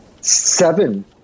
Seven